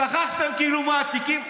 שכחתם כאילו מהתיקים.